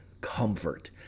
Comfort